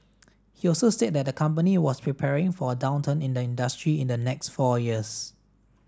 he also said that the company was preparing for a downturn in the industry in the next four years